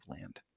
Land